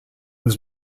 was